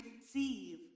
receive